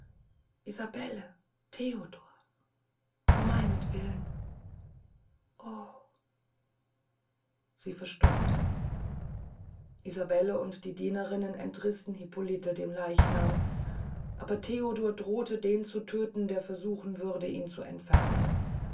isabelle theodor um meinent willen o sie verstummte isabelle und die dienerinnen entrissen hippolite dem leichnam aber theodor drohte den zu tödten der versuchen würde ihn zu entfernen